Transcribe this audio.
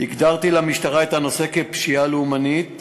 הגדרתי למשטרה את הנושא כפשיעה לאומנית